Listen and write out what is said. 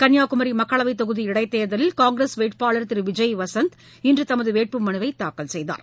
கன்னியாகுமி மக்களவைத் தொகுதி இடைத்தேர்தலில் காங்கிரஸ் வேட்பாளர் திரு விஜய் வசந்த் இன்று தமது வேட்புமனுவை தாக்கல் செய்தார்